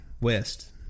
West